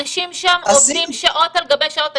אנשים שם עובדים שעות על גבי שעות.